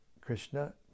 Krishna